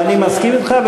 ואני מסכים אתך.